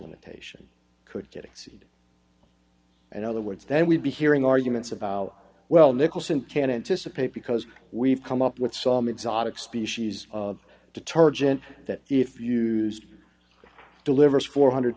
limitation could get exceed and other words then we'd be hearing arguments about well nicholson can intice a paid because we've come up with some exotic species of detergent that if used delivers four hundred